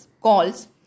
calls